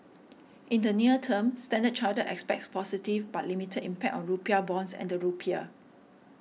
in the near term Standard Chartered expects positive but limited impact on rupiah bonds and the rupiah